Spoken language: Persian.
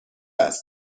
است